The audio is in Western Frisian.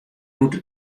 hoecht